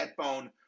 headphone